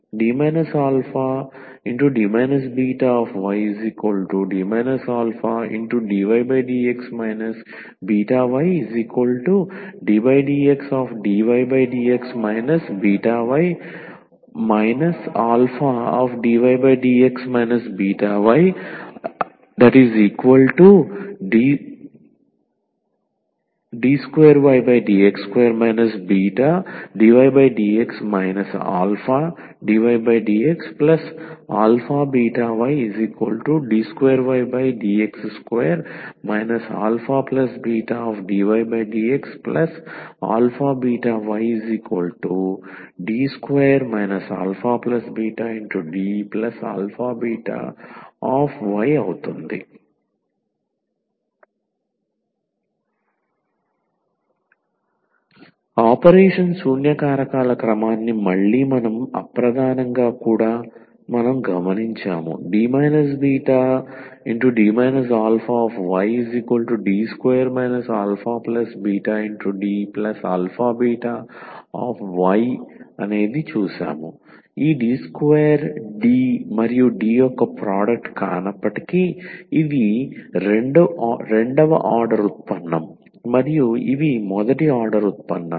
D αD βyD αdydx βyddxdydx βy αdydx βy d2ydx2 βdydx αdydxαβyd2ydx2 αβdydxαβyD2 αβDαβy operation శూన్య కారకాల క్రమాన్ని మళ్ళీ అప్రధానంగా కూడా మనం గమనించాము D βD αyD2 αβDαβy ఈ D2 D మరియు D యొక్క ప్రోడక్ట్ కానప్పటికీ ఇది రెండవ ఆర్డర్ ఉత్పన్నం మరియు ఇవి మొదటి ఆర్డర్ ఉత్పన్నాలు